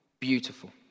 beautiful